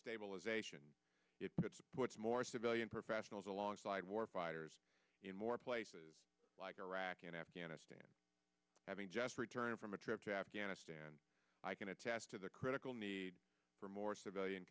stabilization if it supports more civilian professionals alongside war fighters in more places like iraq and afghanistan having just returned from a trip to afghanistan i can attest to the critical need for more civilian